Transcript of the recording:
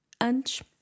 Antes